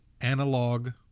analog